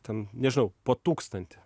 ten nežinau po tūkstantį